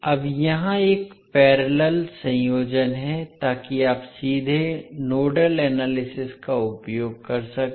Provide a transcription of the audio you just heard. अब यहाँ यह एक पैरेलल संयोजन है ताकि आप सीधे नोडल एनालिसिस का उपयोग कर सकें